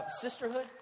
sisterhood